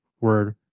word